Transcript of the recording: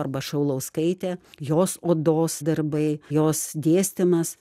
arba šaulauskaitė jos odos darbai jos dėstymas